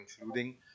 including